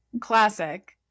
Classic